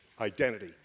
identity